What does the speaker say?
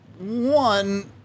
One